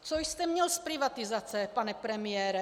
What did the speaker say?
Co jste měl z privatizace OKD, pane premiére?